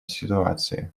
ситуации